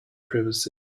privacy